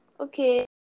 Okay